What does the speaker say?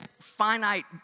finite